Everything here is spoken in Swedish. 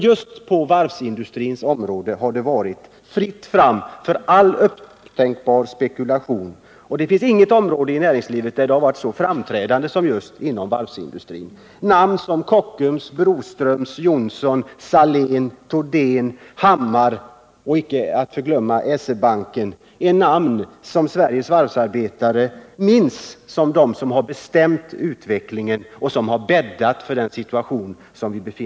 Just på varvsindustrins område har det nämligen varit fritt fram för all upptänklig spekulation. Det finns inget område i näringslivet där detta varit så framträdande som just inom varvsindustrin. Sveriges varvsarbetare minns Kockums, Broström, Johnson, Salén, Thordén, Hammar och — icke att förglömma — SE-Banken som de som har bestämt utvecklingen och bäddat för dagens situation.